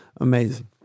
Amazing